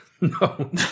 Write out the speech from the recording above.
No